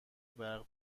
برق